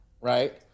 right